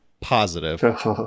Positive